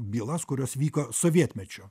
bylas kurios vyko sovietmečiu